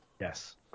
Yes